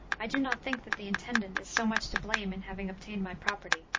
i do not think that the intendant is so much to blame in having obtained my property,